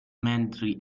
mandatory